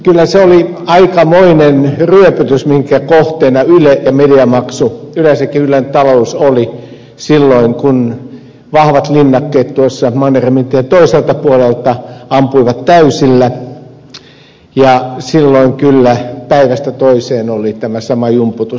kyllä se oli aikamoinen ryöpytys minkä kohteena yle ja mediamaksu yleensäkin ylen talous oli silloin kun vahvat linnakkeet tuolta mannerheimintien toiselta puolelta ampuivat täysillä ja silloin kyllä päivästä toiseen oli tämä sama jumputus